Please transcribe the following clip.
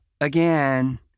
again